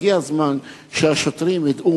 הגיע הזמן שהשוטרים ידעו,